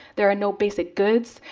there are no basic goods,